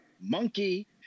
monkey